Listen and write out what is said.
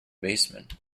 basement